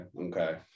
okay